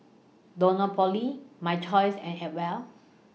Dunlopillo My Choice and Acwell